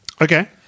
Okay